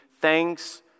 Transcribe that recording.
thanks